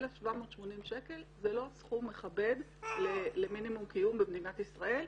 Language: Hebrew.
1,780 שקל זה לא סכום מכבד למינימום קיום במדינת ישראל,